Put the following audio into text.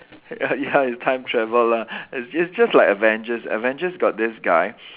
ya it's like time travel lah it's it's just like Avengers Avengers got this guy